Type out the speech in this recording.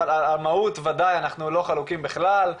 אבל על המהות ודאי אנחנו לא חלוקים בכלל.